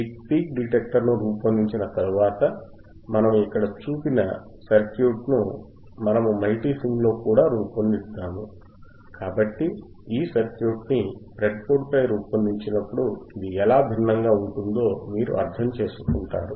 ఈ పీక్ డిటెక్టర్ను రూపొందించిన తరువాత మనము ఇక్కడ చూపిన సర్క్యూట్ను మనము మల్టీసిమ్లో కూడా రుపొందిద్దాము కాబట్టి ఈ సర్క్యూట్ ని బ్రెడ్బోర్డ్ పై రూపొందించినపుడు ఇది ఎలా భిన్నంగా ఉంటుందో మీరు అర్థం చేసుకుంటారు